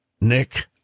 Nick